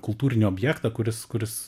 kultūrinį objektą kuris kuris